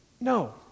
No